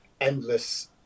endless